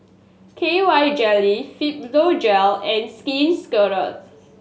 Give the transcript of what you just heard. K Y Jelly Fibogel and Skin Ceuticals